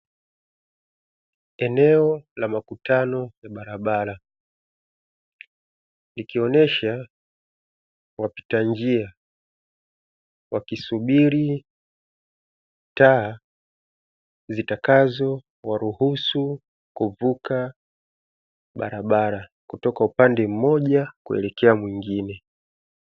Eneo la makutano ya barabara, likionyesha wapita njia wakisubiri taa zitakazo waruhusu kuvuka barabara kutoka upande mmoja kuelekea mwingine.